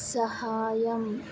సహాయం